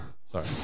Sorry